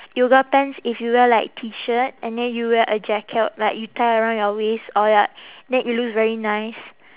yoga pants if you wear like T shirt and then you wear a jacket like you tie around your waist or like then it looks very nice